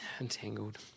entangled